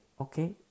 Okay